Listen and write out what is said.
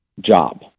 job